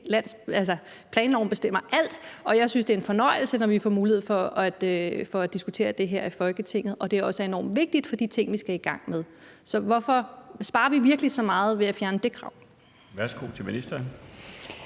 planloven alt, og jeg synes, det er en fornøjelse, når vi får mulighed for at diskutere det her i Folketinget, og at det også er enormt vigtigt for de ting, vi skal i gang med. Sparer vi virkelig så meget ved at fjerne det krav? Kl. 15:11 Den